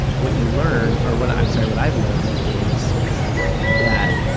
what you learn, or what i, i'm sorry, what i've learned, is that